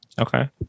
okay